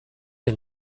del